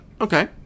Okay